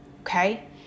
okay